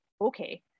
okay